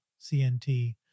CNT